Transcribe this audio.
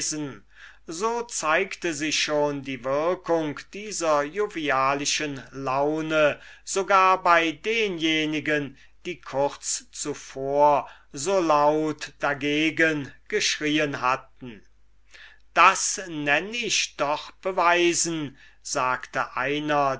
so zeigte sich schon die wirkung dieser jovialischen laune sogar bei denjenigen die kurz zuvor so laut dagegen geschrieen hatten das nenn ich doch beweisen sagte einer